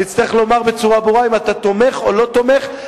תצטרך לומר בצורה ברורה אם אתה תומך או לא תומך.